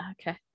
Okay